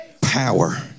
Power